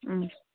ꯎꯝ